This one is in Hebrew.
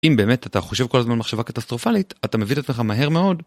אם באמת אתה חושב כל הזמן על מחשבה קטסטרופלית, אתה מביא את עצמך מהר מאוד